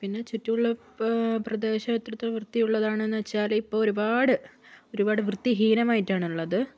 പിന്നെ ചുറ്റുമുള്ള പ്രദേശം എത്രത്തോളം വൃത്തിയുള്ളതാണെന്ന് വെച്ചാൽ ഇപ്പോൾ ഒരുപാട് ഒരുപാട് വൃത്തിഹീനമായിട്ടാണ് ഉള്ളത്